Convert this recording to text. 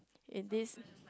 in this